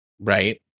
Right